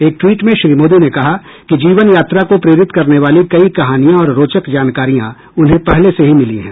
एक ट्वीट में श्री मोदी ने कहा कि जीवन यात्रा को प्रेरित करने वाली कई कहानियां और रोचक जानकारियां उन्हें पहले से ही मिली हैं